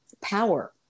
power